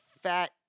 fat